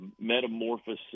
metamorphosis